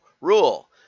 Rule